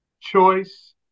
Choice